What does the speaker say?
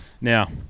Now